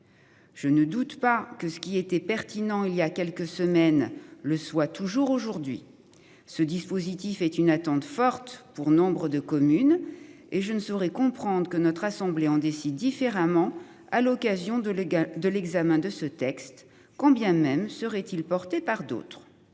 Je ne doute pas que ce qui était pertinent, il y a quelques semaines le soit toujours aujourd'hui. Ce dispositif est une attente forte pour nombre de communes et je ne saurais comprendre que notre assemblée en décide différemment à l'occasion de la guerre de l'examen de ce texte, quand bien même serait-il porté par d'autres.